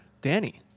Danny